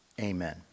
Amen